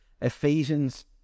Ephesians